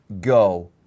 go